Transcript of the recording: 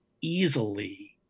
easily